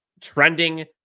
trending